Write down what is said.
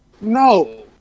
No